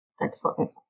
Excellent